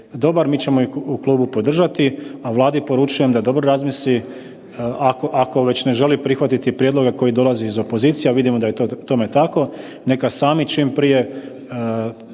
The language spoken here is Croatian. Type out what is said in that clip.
dobar, mi ćemo ih u klubu podržati, a Vladi poručujem da dobro razmisli ako već ne želi prihvatiti prijedloge koji dolaze iz opozicije, a vidimo da je tome tako, neka sami čim prije